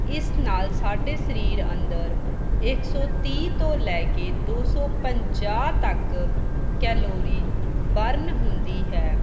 ਇਸ ਨਾਲ ਸਾਡੇ ਸਰੀਰ ਅੰਦਰ ਇੱਕ ਸੌ ਤੀਹ ਤੋਂ ਲੈ ਕੇ ਦੋ ਸੌ ਪੰਜਾਹ ਤੱਕ ਕੈਲੋਰੀ ਬਰਨ ਹੁੰਦੀ ਹੈ